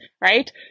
Right